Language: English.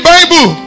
Bible